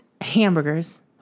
hamburgers